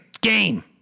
game